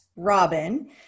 Robin